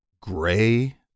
gray